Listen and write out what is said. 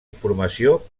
informació